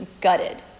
gutted